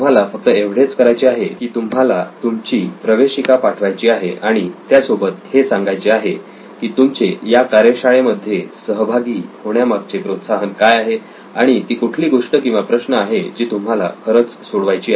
तुम्हाला फक्त एवढेच करायचे आहे की तुम्हाला तुमची प्रवेशिका पाठवायची आहे आणि त्यासोबत हे सांगायचे आहे की तुमचे या कार्यशाळेमध्ये सहभागी होण्यामागचे प्रोत्साहन काय आहे आणि ती कुठली गोष्ट किंवा प्रश्न आहे जी तुम्हाला खरंच सोडवायची आहे